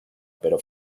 pero